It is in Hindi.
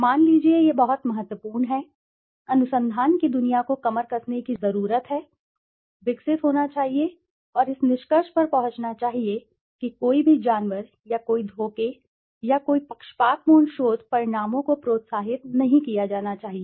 मान लीजिए यह बहुत महत्वपूर्ण है अनुसंधान की दुनिया को कमर कसने की जरूरत है विकसित होना चाहिए और इस निष्कर्ष पर पहुंचना चाहिए कि कोई भी जानवर या कोई धोखे या कोई पक्षपातपूर्ण शोध परिणामों को प्रोत्साहित नहीं किया जाना चाहिए